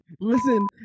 Listen